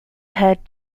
had